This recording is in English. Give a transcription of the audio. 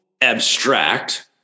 abstract